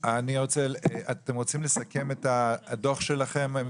אתם רוצים לסכם את הדוח שלכם,